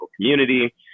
community